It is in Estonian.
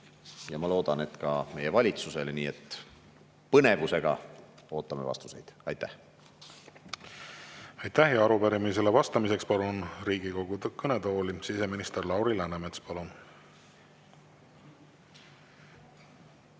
ja ma loodan, et ka meie valitsusele. Nii et põnevusega ootame vastuseid. Aitäh! Aitäh! Arupärimisele vastamiseks palun Riigikogu kõnetooli siseminister Lauri Läänemetsa. Palun!